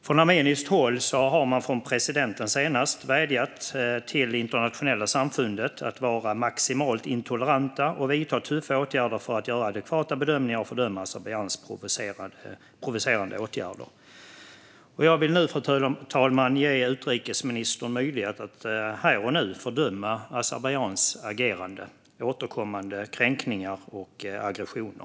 Från armeniskt håll har man, senast från presidenten, vädjat till det internationella samfundet om att vara maximalt intoleranta och vidta tuffa åtgärder för att göra adekvata bedömningar och fördöma Azerbajdzjans provocerande åtgärder. Jag vill nu, fru talman, ge utrikesministern möjlighet att här och nu fördöma Azerbajdzjans agerande, återkommande kränkningar och aggressioner.